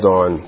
on